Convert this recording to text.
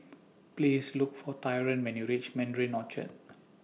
Please Look For Tyron when YOU REACH Mandarin Orchard